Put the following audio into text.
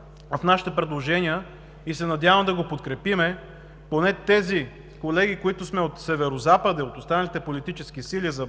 този текст в нашите предложения и се надявам да го подкрепиме – поне тези колеги, които сме от Северозапада и от останалите политически сили, а